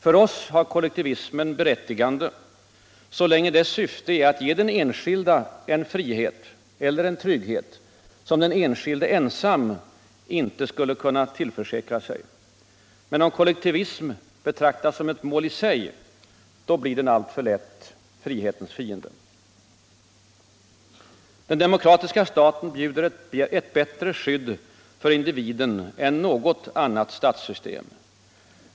För oss har kollektivismen berättigande bara så länge dess syfte är att ge den enskilde en frihet och en trygghet som den enskilde ensam inte skulle kunna tillförsäkra sig. Men om kollektivismen betraktas som ett mål i sig, då blir den alltför lätt frihetens fiende. Den demokratiska staten bjuder ett bättre skydd för individens frihet än något annat statssystem.